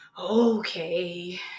okay